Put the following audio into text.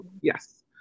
Yes